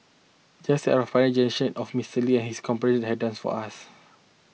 just as our Pioneer Generation of Mister Lee and his compatriots have done for us